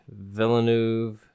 Villeneuve